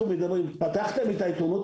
פתחתם את העיתונות